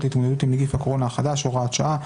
להתמודדות עם נגיף הקורונה חדש (הוראת שעה),